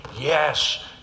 Yes